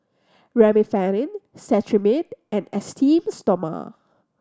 Remifemin Cetrimide and Esteem Stoma